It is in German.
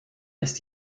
ist